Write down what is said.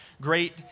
Great